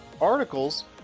articles